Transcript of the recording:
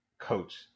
coach